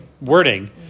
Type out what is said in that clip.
wording